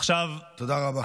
תודה רבה.